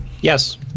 Yes